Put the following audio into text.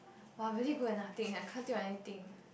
!wah! really good at nothing I can't do anything